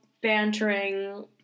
bantering